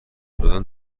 دادن